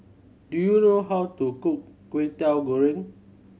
do you know how to cook Kway Teow Goreng